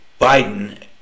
Biden